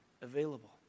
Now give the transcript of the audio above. available